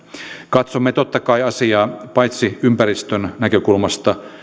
katsomme totta kai asiaa paitsi ympäristön näkökulmasta